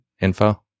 info